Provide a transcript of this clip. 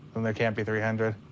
then there can't be three hundred.